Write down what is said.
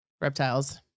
Reptiles